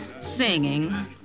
singing